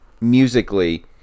musically